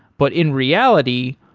but in reality,